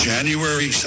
January